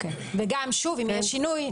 ואם יש שינוי,